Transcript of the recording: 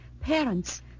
parents